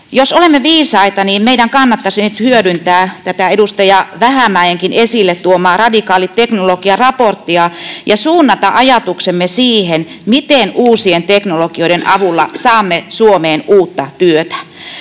Jos olemme viisaita, meidän kannattaisi nyt hyödyntää tätä edustaja Vähämäenkin esille tuomaa radikaali teknologia -raporttia ja suunnata ajatuksemme siihen, miten uusien teknologioiden avulla saamme Suomeen uutta työtä.